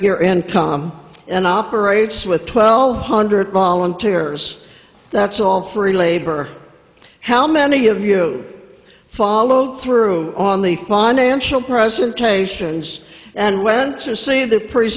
figure income and operates with twelve hundred volunteers that's all free labor how many of you followed through on the financial presentations and went to see the pr